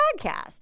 podcast